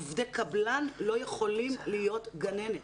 עובדי קבלן לא יכולים להיות גננת.